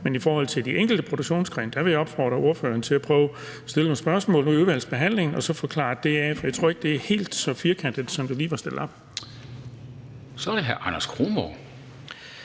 Men i forhold til de enkelte produktionsgrene vil jeg opfordre ordføreren til at prøve at stille nogle spørgsmål under udvalgsbehandlingen og få klaret det af, for jeg tror ikke, at det er helt så firkantet, som det lige er stillet op. Kl. 11:40 Formanden (Henrik